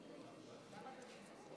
אדוני היושב-ראש,